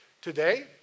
Today